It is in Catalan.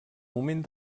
moment